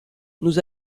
nous